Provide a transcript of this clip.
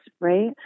right